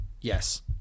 Yes